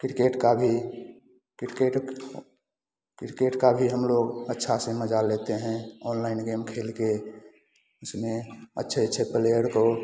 cricket का भी cricket cricket का भी हम लोग अच्छा से मजा लेते हैं अनलाइन गेम खेल के जिसमें अच्छे अच्छे प्लेयर को